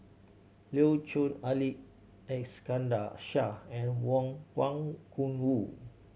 Louis Chen Ali Iskandar Shah and Wong Wang Gungwu